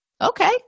okay